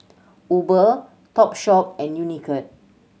Uber Topshop and Unicurd